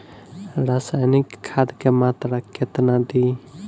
रसायनिक खाद के मात्रा केतना दी?